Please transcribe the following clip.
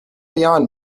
beyond